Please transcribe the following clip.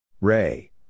Ray